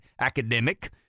academic